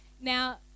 Now